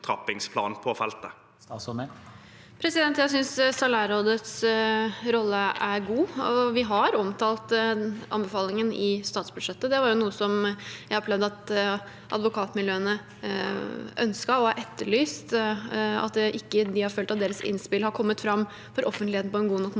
Jeg synes salær- rådets rolle er god, og vi har omtalt anbefalingen i statsbudsjettet. Det var noe som jeg opplevde at advokatmiljøene har ønsket og etterlyst, da de ikke har følt at deres innspill har kommet fram for offentligheten på en god nok måte